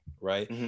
right